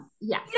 Yes